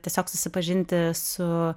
tiesiog susipažinti su